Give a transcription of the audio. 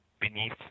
beneath